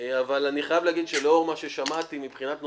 אני חייב להגיד, לאור מה ששמעתי מבחינת נוסחים,